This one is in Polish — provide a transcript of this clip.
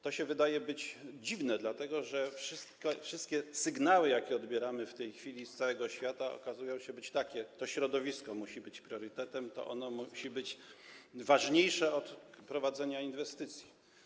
To się wydaje dziwne, dlatego że wszystkie sygnały, jakie odbieramy w tej chwili z całego świata, okazują się być takie: to środowisko musi być priorytetem, to ono musi być ważniejsze od prowadzenia inwestycji.